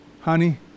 honey